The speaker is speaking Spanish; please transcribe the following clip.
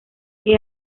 que